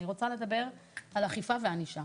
אני רוצה לדבר על אכיפה וענישה